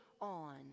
on